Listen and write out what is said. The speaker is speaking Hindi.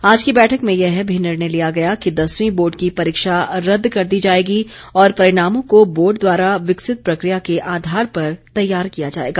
आज की बैठक में यह भी निर्णय लिया गया कि दसवीं बोर्ड की परीक्षा रद्द कर दी जाएगी और परिणामों को बोर्ड द्वारा विकसित प्रक्रिया के आधार पर तैयार किया जायेगा